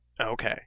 Okay